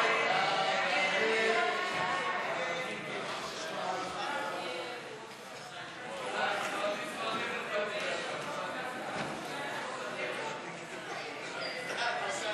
ההצעה להעביר את הצעת החוק לתיקון פקודת העיריות (תיקון מס'